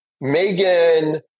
Megan